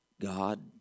God